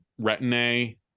retin-a